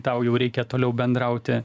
tau jau reikia toliau bendrauti